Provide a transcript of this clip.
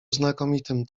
znakomitym